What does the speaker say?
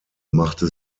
machte